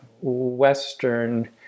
Western